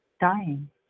dying